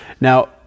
Now